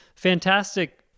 Fantastic